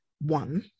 One